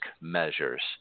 measures